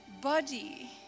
body